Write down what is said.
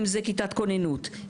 אם זה כיתת כוננות,